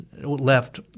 left